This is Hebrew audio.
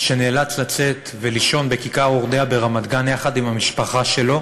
שנאלץ לצאת ולישון בכיכר אורדע ברמת-גן יחד עם המשפחה שלו,